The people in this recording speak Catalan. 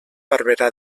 barberà